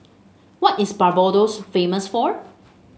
what is Barbados famous for